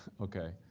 okay.